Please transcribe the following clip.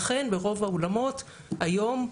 אכן ברוב האולמות היום,